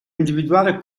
individuare